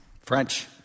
French